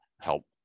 help